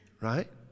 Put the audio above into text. right